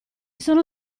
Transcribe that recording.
sono